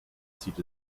zieht